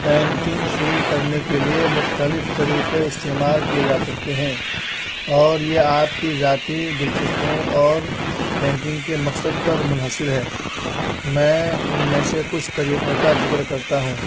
painting شروع کرنے کے لیے مختلف طریقے استعمال کیے جا سکتے ہیں اور یہ آپ کی ذاتی دلچسپوں اور پینٹنگ کے مقصد پر منحصر ہے میں ان میں سے کچھ طریقوں کا ذکر کرتا ہوں